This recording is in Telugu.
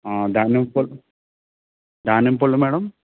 దానిమ్మ పల్ దానిమ్మ పళ్ళు మేడం